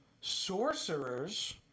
sorcerers